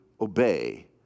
obey